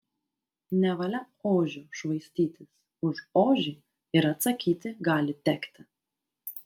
nevalia ožiu švaistytis už ožį ir atsakyti gali tekti